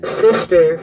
sister